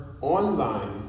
online